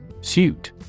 Suit